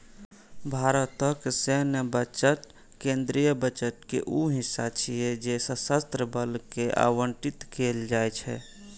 भारतक सैन्य बजट केंद्रीय बजट के ऊ हिस्सा छियै जे सशस्त्र बल कें आवंटित कैल जाइ छै